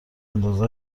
انداز